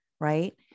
Right